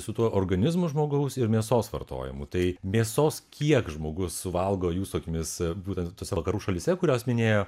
su tuo organizmu žmogaus ir mėsos vartojimu tai mėsos kiek žmogus suvalgo jūsų akimis būtent tose vakarų šalyse kurias minėjo